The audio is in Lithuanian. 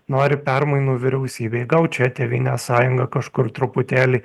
nori permainų vyriausybėj gal čia tėvynės sąjunga kažkur truputėlį